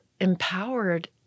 empowered